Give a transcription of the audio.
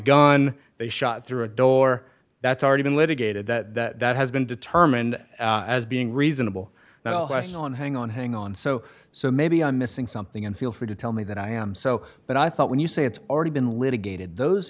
gun they shot through a door that's already been litigated that that has been determined as being reasonable now i think on hang on hang on so so maybe i'm missing something and feel free to tell me that i am so but i thought when you say it's already been litigated those